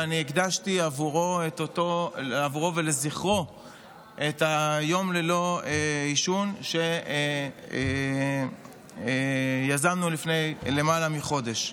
והקדשתי בעבורו ולזכרו את היום ללא עישון שיזמנו לפני למעלה מחודש.